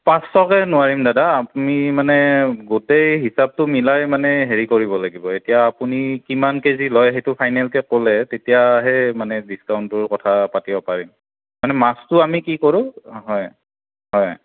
পাঁচশকে নোৱাৰিম দাদা আপুনি মানে গোটেই হিচাপটো মিলাই মানে হেৰি কৰিব লাগিব এতিয়া আপুনি কিমান কেজি লয় সেইটো ফাইনেলকে ক'লে তেতিয়াহে মানে ডিচকাউণ্টটোৰ কথা পাতিব পাৰিম মানে মাছটো আমি কি কৰোঁ হয় হয়